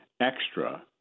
extra